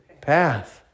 path